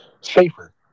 safer